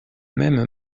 même